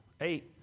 Eight